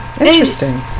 Interesting